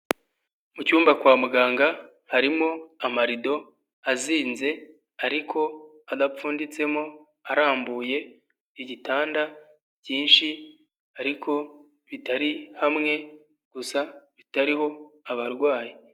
Mu cyumba kwa muganga harimo amarido a,zinze ariko adapfunditsemo arambuye ibitanda byinshi ariko bitari hamwe gusa bitariho abarwayi.